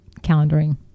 calendaring